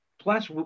Plus